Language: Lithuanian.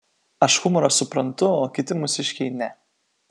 aš humorą suprantu o kiti mūsiškiai ne